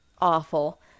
awful